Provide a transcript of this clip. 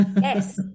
Yes